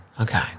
Okay